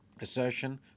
Assertion